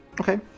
Okay